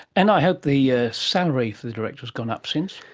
and i hope the ah salary for the director has gone up since?